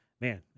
man